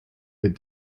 with